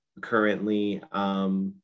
currently